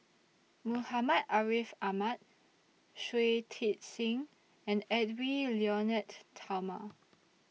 Muhammad Ariff Ahmad Shui Tit Sing and Edwy Lyonet Talma